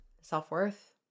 self-worth